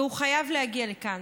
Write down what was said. והוא חייב להגיע לכאן.